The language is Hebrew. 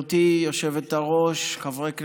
גברתי היושבת-ראש, חברי כנסת,